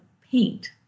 paint